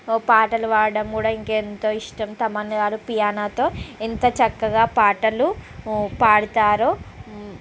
పాటలు పాడడం కూడా ఇంకా ఎంతో ఇష్టం తమన్ గారు పియానోతో ఎంత చక్కగా పాటలు పాడుతారో